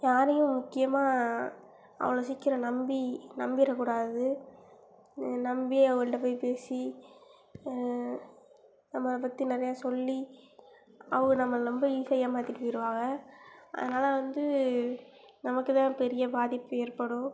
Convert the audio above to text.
யாரையும் முக்கியமாக அவ்வளோ சீக்கிரம் நம்பி நம்பிட கூடாது நம்பி அவங்கள்கிட்ட போய் பேசி நம்மளை பற்றி நிறையா சொல்லி அவங்க நம்மளை ரொம்ப ஈசியாக ஏமாற்றிட்டு போய்டுவாங்க அதனால வந்து நமக்கு தான் பெரிய பாதிப்பு ஏற்படும்